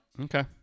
Okay